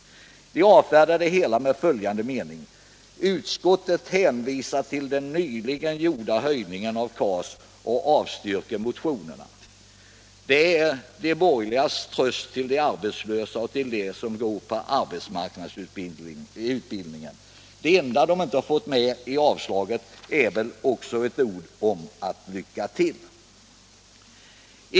Utskottsmajoriteten avfärdar det hela med följande mening: ”Utskottet hänvisar till den nyligen gjorda höjningen av KAS och avstyrker de båda motionerna.” Det är de borgerligas tröst till de arbetslösa och till dem som går på arbetsmarknadsutbildning. Det enda de inte fått med i avslaget är väl ett ”lycka till”.